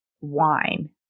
wine